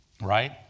Right